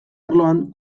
arloan